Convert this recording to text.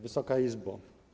Wysoka Izbo!